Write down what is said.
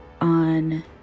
on